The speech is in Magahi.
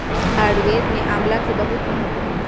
आयुर्वेद में आमला के बहुत महत्व हई